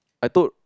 I told